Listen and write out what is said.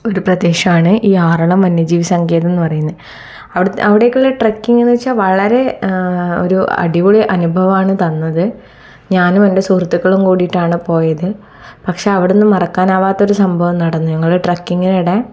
ഒരു പ്രദേശമാണ് ഈ ആറളം വന്യജീവി സങ്കേതം എന്ന് പറയുന്നത് അവിടുത്തെ അവിടേക്ക് ഉള്ള ട്രക്കിങ്ങ് എന്ന് വെച്ചാൽ വളരെ ഒരു അടിപൊളി അനുഭവമാണ് തന്നത് ഞാനും എൻ്റെ സുഹൃത്തുക്കളും കൂടിട്ടാണ് പോയത് പക്ഷേ അവിടുന്ന് മറക്കാൻ ആകാത്ത ഒരു സംഭവം നടന്നു ഞങ്ങൾ ട്രക്കിങ്ങിനെടെ